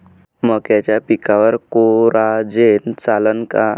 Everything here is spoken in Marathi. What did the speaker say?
मक्याच्या पिकावर कोराजेन चालन का?